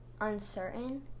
uncertain